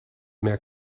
mehr